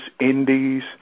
indies